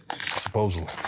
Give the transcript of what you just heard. Supposedly